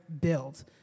build